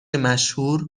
مشهور